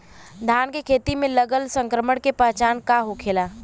धान के खेत मे लगल संक्रमण के पहचान का होखेला?